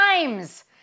times